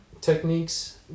techniques